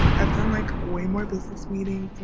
i've done like way more business meetings